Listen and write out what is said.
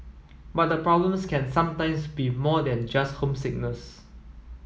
but the problems can sometimes be more than just homesickness